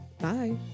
Bye